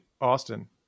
Austin